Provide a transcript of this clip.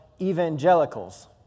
evangelicals